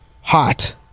hot